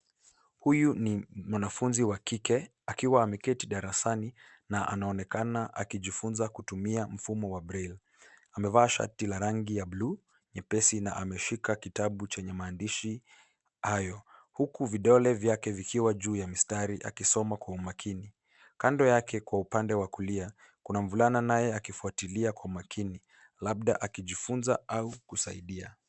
Huyu ni mwanafunzi wa kike akiwa ameketi darasani na anaonekana akijifunza kutumia mfumo wa braille . Amevaa shati la rangi ya bluu nyepesi na ameshika kitabu chenye maandishi hayo huku vidole vyake vikiwa juu ya mistari akisoma kwa umakini. Kando yake kwa upande wa kulia kuna mvulana naye akifuatilia kwa makini labda akijifunza au kusaidia.